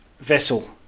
vessel